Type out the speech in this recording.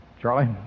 Charlie